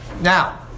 Now